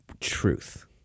Truth